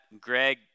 Greg